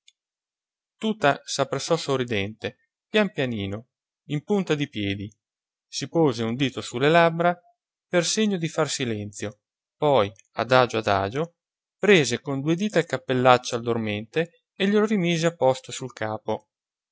sbadiglio tuta s'appressò sorridente pian pianino in punta di piedi si pose un dito su le labbra per segno di far silenzio poi adagio adagio prese con due dita il cappellaccio al dormente e glielo rimise a posto sul capo